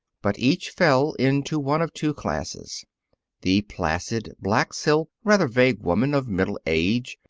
but each fell into one of two classes the placid, black-silk, rather vague woman of middle age,